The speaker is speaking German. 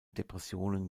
depressionen